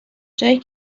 جایی